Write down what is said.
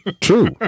True